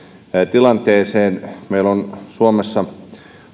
tilanteeseen meillä on suomessa